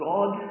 God